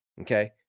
Okay